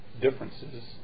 differences